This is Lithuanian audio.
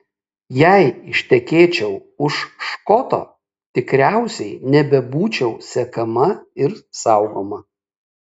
jei ištekėčiau už škoto tikriausiai nebebūčiau sekama ir saugoma